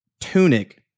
Tunic